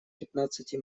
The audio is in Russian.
пятнадцати